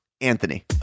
Anthony